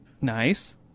Nice